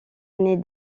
année